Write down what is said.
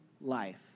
life